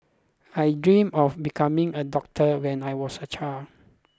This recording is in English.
I dreamt of becoming a doctor when I was a child